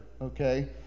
Okay